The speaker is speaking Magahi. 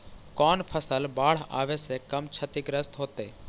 कौन फसल बाढ़ आवे से कम छतिग्रस्त होतइ?